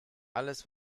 alles